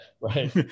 Right